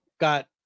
got